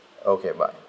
okay bye